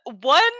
one